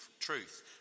truth